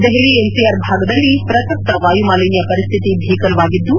Delhi NCR ಭಾಗದಲ್ಲಿ ಪ್ರಸಕ್ತ ವಾಯುಮಾಲಿನ್ನ ಪರಿಸ್ಥಿತಿ ಭೀಕರವಾಗಿದ್ದು